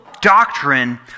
doctrine